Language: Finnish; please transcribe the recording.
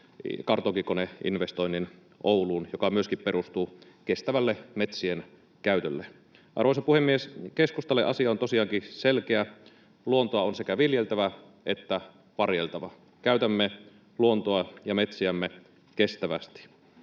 kartonkikoneinvestoinnin, joka myöskin perustuu kestävälle metsienkäytölle. Arvoisa puhemies! Keskustalle asia on tosiaankin selkeä: Luontoa on sekä viljeltävä että varjeltava. Käytämme luontoa ja metsiämme kestävästi.